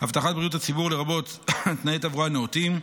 הבטחת בריאות הציבור, לרבות תנאי תברואה נאותים,